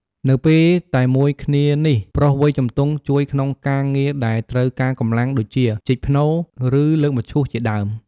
នៅពេលតែមួយគ្នានេះ ប្រុសវ័យជំទង់ជួយក្នុងការងារដែលត្រូវការកម្លាំងដូចជាជីកភ្នូរ ឬលើកមឈូសជាដើម។